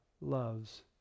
loves